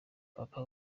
papa